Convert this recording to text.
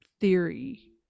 theory